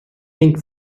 pink